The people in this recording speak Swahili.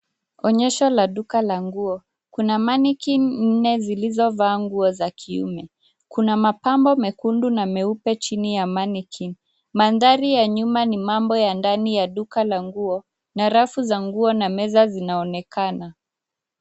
Onyesho la duka la nguo, kuna mannequin nne zilizovaa nguo za kiume. Kuna mapambo mekundu na meupe chini ya mannequin . Mandhari ya nyuma, ni mambo ya ndani ya duka la nguo na rafu za nguo na meza zinaonekana.